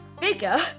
bigger